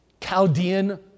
Chaldean